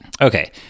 okay